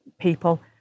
people